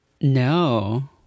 No